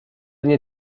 nie